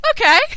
Okay